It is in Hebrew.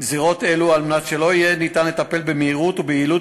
אלו על מנת שיהיה ניתן לטפל במהירות וביעילות